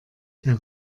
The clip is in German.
der